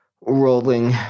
Rolling